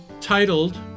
titled